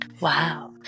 Wow